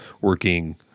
working